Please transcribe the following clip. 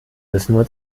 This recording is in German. müssen